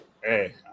hey